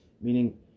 meaning